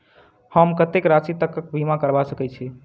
हम कत्तेक राशि तकक बीमा करबा सकै छी?